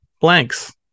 blanks